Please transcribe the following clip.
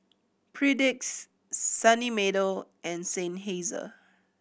Perdix Sunny Meadow and Seinheiser